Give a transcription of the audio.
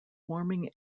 warming